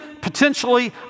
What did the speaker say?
potentially